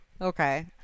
Okay